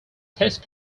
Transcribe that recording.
test